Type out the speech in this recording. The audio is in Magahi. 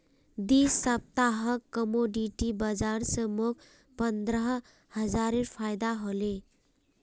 दी सप्ताहत कमोडिटी बाजार स मोक पंद्रह हजारेर फायदा हले